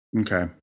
Okay